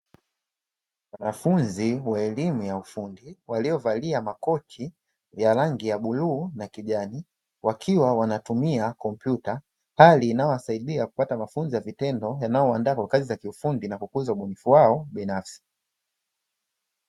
Wanafunzi wa elimu ya ufundi, waliovalia makoti ya rangi ya bluu na kijani, wakiwa wanatumia kompyuta. Hali inayowasaidia kupata mafunzo ya vitendo yanayowaandaa kwa kazi ya vitendo na kukuza ubunifu wao binafsi.